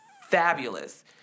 fabulous